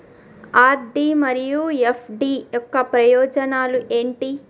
RD మరియు FD యొక్క ప్రయోజనాలు ఏంటి?